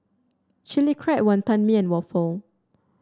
Chili Crab Wantan Mee and waffle